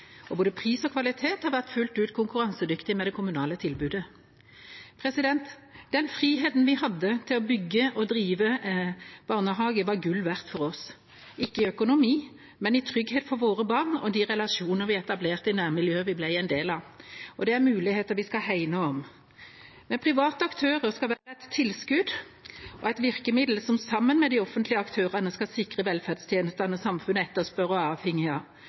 og både pris og kvalitet har vært fullt ut konkurransedyktig med det kommunale tilbudet. Den friheten vi hadde til å bygge og drive barnehage, var gull verdt for oss – ikke i økonomi, men i trygghet for våre barn og de relasjonene vi etablerte i nærmiljøet vi ble en del av. Og det er muligheter vi skal hegne om. Men private aktører skal være et tilskudd og et virkemiddel som sammen med de offentlige aktørene skal sikre velferdstjenestene samfunnet etterspør og